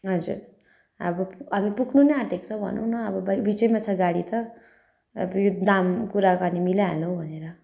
हजुर अब अब हामी पुग्नु नै आँटेको छौँ भनौँ न अब बिचैमा छ गाडी त यो दाम कुराकानी मिलाइहालौँ भनेर